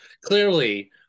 clearly